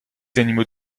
animaux